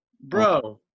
Bro